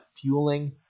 fueling